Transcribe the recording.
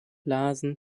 larsen